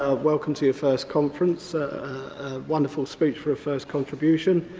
ah welcome to your first conference. a wonderful speech for a first contribution.